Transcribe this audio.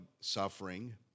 suffering